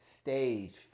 stage